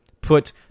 Put